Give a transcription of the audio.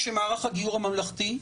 אני מנכ"לית עמותת "לובי המיליון",